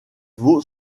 vaut